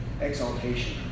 exaltation